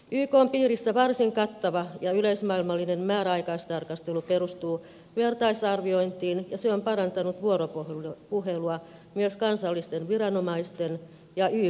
ykn piirissä varsin kattava ja yleismaailmallinen määräaikaistarkastelu perustuu vertaisarviointiin ja se on parantanut vuoropuhelua myös kansallisten viranomaisten ja ykn sopimusvalvontaelinten välillä